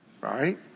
right